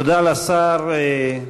תודה לשר.